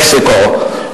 מקסיקו.